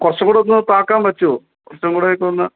കുറച്ചും കൂടെ ഒന്ന് താഴ്ക്കാൻ പറ്റുമോ കുറച്ചുംകൂടെ ഒക്കെ ഒന്ന്